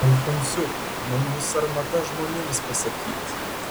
alfonsiuk man bus sarmata žmonėms pasakyt